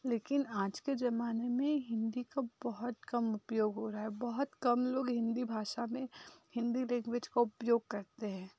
लेकिन आज के ज़माने में हिन्दी का बहुत कम उपयोग हो रहा है बहुत कम लोग हिन्दी भाषा में हिन्दी लैंग्वेज का उपयोग करते हैं